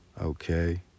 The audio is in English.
Okay